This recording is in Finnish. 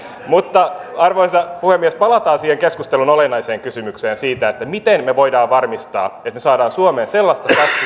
arvoisa puhemies palataan siihen keskustelun olennaiseen kysymykseen siitä miten me voimme varmistaa että me saamme suomeen sellaista